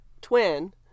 Twin